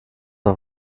auf